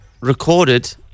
recorded